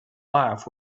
life